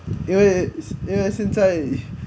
对现在现在